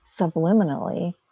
subliminally